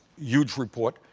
huge report,